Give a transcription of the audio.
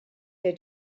der